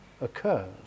occurs